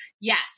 yes